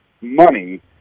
money